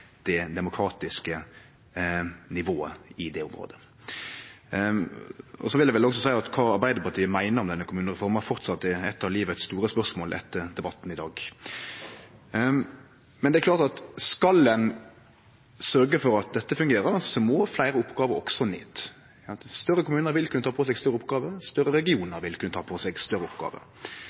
det demokratiske nivået i det området. Eg vil også seie at kva Arbeidarpartiet meiner om denne kommunereforma, framleis er eit av livets store spørsmål etter debatten i dag. Men det er klart at skal ein sørgje for at dette fungerer, må fleire oppgåver også ned. Større kommunar vil kunne ta på seg større oppgåver, større regionar vil kunne ta på seg større oppgåver.